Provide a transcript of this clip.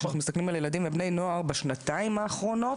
כאשר אנחנו מסתכלים על ילדים ובני נוער בשנתיים האחרונות,